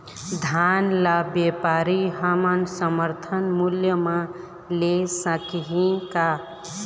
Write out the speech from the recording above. धान ला व्यापारी हमन समर्थन मूल्य म ले सकही का?